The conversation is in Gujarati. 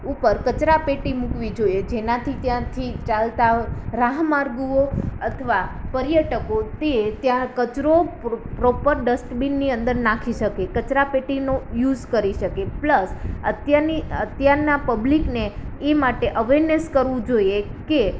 ઉપર કચરા પેટી મૂકવી જોઈએ જેનાથી ત્યાંથી ચાલતા રાહ માર્ગુઓ અથવા પર્યટકો તે ત્યાં કચરો પ્રોપર ડસ્ટ બિનની અંદર નાખી શકે કચરા પેટીનો યુસ કરી શકે પ્લસ અત્યારની અત્યારના પબ્લિકને એ માટે અવેરનેસ કરવું જોઈએ કે